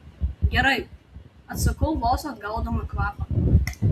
gerai atsakau vos atgaudama kvapą